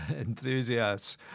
enthusiasts